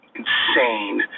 insane